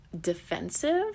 defensive